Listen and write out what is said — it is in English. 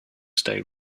stay